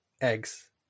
eggs